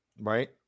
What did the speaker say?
right